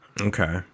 Okay